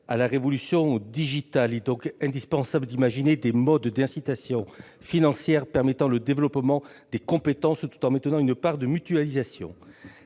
à la révolution digitale. Il est donc indispensable d'imaginer des modes d'incitation financière permettant le développement des compétences, tout en maintenant une part de mutualisation.